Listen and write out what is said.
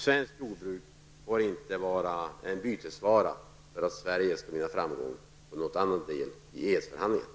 Svenskt jordbruk får inte vara en bytesvara för att Sverige skall vinna framgång på något annat område i EES